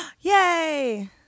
Yay